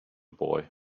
boy